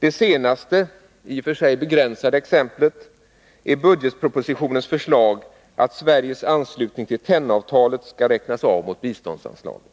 Det senaste, i och för sig begränsade, exemplet är budgetpropositionens förslag att Sveriges anslutning till tennavtalet skall räknas av mot biståndsanslaget.